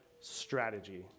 strategy